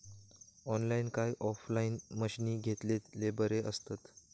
Online काय offline मशीनी घेतलेले बरे आसतात?